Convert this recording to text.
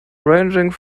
ranging